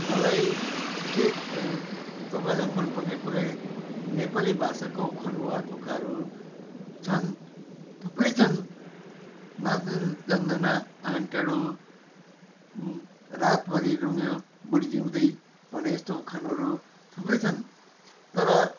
मलाई के तपाईँलाई मन पर्ने कुरा नेपाली भाषाको उखान वा तुक्काहरू छन् थुप्रै छन् नाच्न जान्दैन आँगन टेढो रातभरि रुँग्यो बुढी जिउँदै भने जस्तो उखानहरू थुप्रै छन् तर